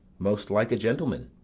most like a gentleman.